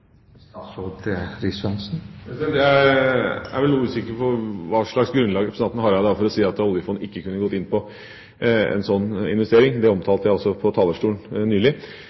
Jeg er vel noe usikker på hva slags grunnlag representanten Hareide har for å si at oljefondet ikke kunne ha gått inn for en slik investering. Det omtalte jeg også på talerstolen nylig.